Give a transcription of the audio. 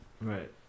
Right